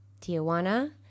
Tijuana